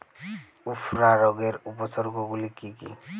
উফরা রোগের উপসর্গগুলি কি কি?